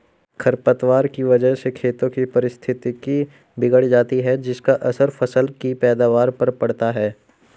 खरपतवार की वजह से खेतों की पारिस्थितिकी बिगड़ जाती है जिसका असर फसल की पैदावार पर पड़ता है